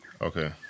Okay